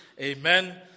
amen